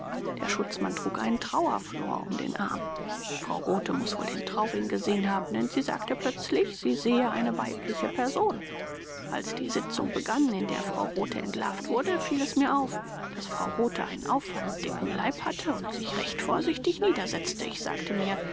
der schutzmann trug einen trauerflor um den arm frau rothe muß wohl den trauring gesehen haben denn sie sagte plötzlich sie sehe eine weibliche person als die sitzung begann in der frau rothe entlarvt wurde fiel es mir auf daß frau rothe einen auffallend dicken leib hatte und sich recht vorsichtig niedersetzte ich sagte mir